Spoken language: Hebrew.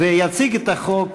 יציג את החוק,